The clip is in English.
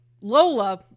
Lola